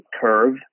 curve